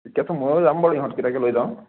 তেতিয়াতো ময়ো যাম বাৰু ইহঁতকেইটাকো লৈ যাওঁ